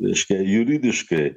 reiškia juridiškai